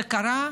זה קרה?